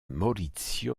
maurizio